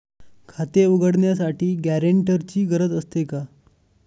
खाते उघडण्यासाठी गॅरेंटरची गरज असते का?